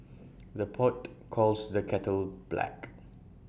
the pot calls the kettle black